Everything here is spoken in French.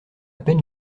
peine